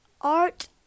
Art